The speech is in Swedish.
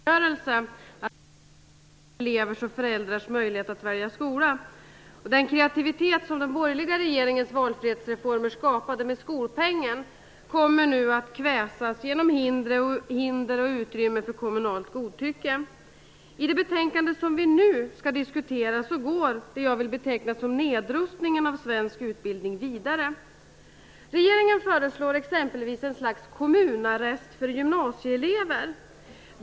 Herr talman! Vi har nyss hört om Socialdemokraternas och Miljöpartiets uppgörelse om att bygga hinder för föräldrars och elevers möjlighet att välja skola. Den kreativitet som den borgerliga regeringens valfrihetsreformer skapade i och med skolpengen kommer nu att kväsas genom hinder och utrymme för kommunalt godtycke. I det betänkande som vi nu skall diskutera går vad jag vill beteckna som en nedrustning av svensk utbildning vidare. Regeringen föreslår exempelvis ett slags kommunarrest för gymnasieelever.